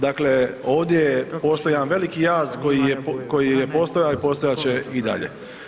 Dakle ovdje postoji jedan veliki jaz koji je postojao i postojat će i dalje.